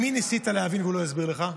עם מי ניסית להבין והוא לא הסביר לך?